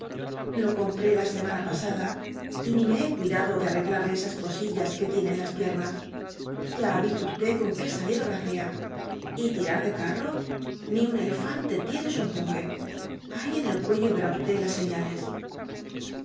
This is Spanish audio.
lo compré la semana pasada y ni me he cui dado de arreglarle esas cosillas que tiene en las piernas ya ha visto usted con qué salero bracea y tirar de carro ni un elefante tiene su empuje ahí en el cuello verá usted las señales